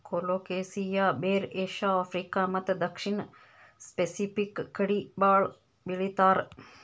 colocasia ಬೇರ್ Asia, Africa ಮತ್ತ್ ದಕ್ಷಿಣ್ ಸ್ಪೆಸಿಫಿಕ್ ಕಡಿ ಭಾಳ್ ಬೆಳಿತಾರ್